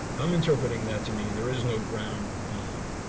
i'm interpreting that to mean there is no ground of being,